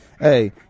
Hey